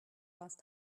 last